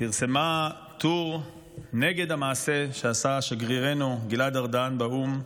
פרסמה טור נגד המעשה שעשה שגרירנו גלעד ארדן באו"ם,